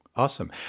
Awesome